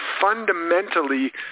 fundamentally